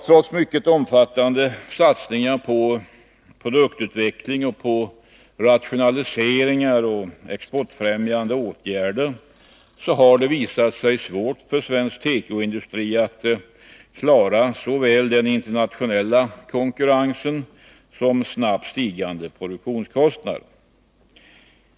Trots mycket omfattande satsningar på produktutveckling, rationaliseringar och exportfrämjande åtgärder har det visat sig vara svårt för svensk tekoindustri att klara såväl den internationella konkurrensen som den snabbt stigande produktionskostnaden.